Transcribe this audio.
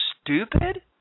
stupid